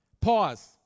Pause